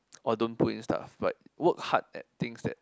or don't but in stuff but work hard at thing that